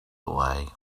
away